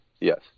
yes